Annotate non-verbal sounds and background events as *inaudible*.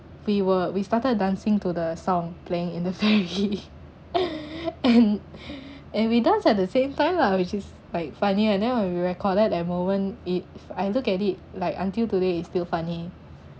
we were we started dancing to the song playing in the ferry *laughs* and and we dance at the same time lah which is like funny and then we recorded at moment if I look at it like until today it's still funny